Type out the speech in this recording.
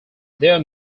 their